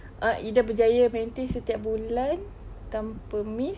err ida berjaya maintain setiap bulan tanpa miss